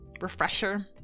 Refresher